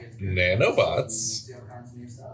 nanobots